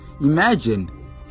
imagine